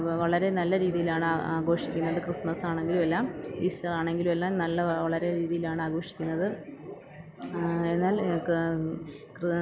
വ വളരെ നല്ല രീതിയിലാണ് അ ആഘോഷിക്കുന്നത് ക്രിസ്മസാണെങ്കിലും എല്ലാം ഈസ്റ്ററാണെങ്കിലും എല്ലാം നല്ല വളരെ രീതിയിലാണ് ആഘോഷിക്കുന്നത് എന്നാല് ക് കൃ